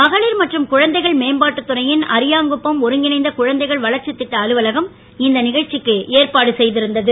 மகளிர் மற்றும் குழந்தைகள் மேம்பாட்டு துறையின் அரியாங்குப்பம் ஒருங்கிணைந்த குழந்தைகள் வளர்ச்சி திட்ட அலுவலகம் இந்த நிகழ்ச்சிக்கு ஏற்பாடு செய்திருந்தது